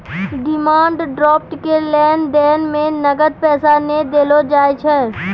demand draft के लेन देन मे नगद पैसा नै देलो जाय छै